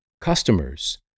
customers